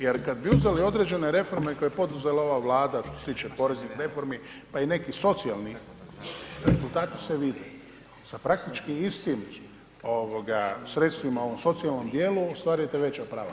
Jer kada bi uzeli određene reforme koje je poduzela ova Vlada što se tiče poreznih reformi pa i nekih socijalnih rezultati se vide, sa praktičkim istim sredstvima u socijalnom dijelu ostvarujete veća prava.